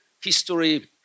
history